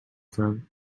from